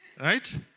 right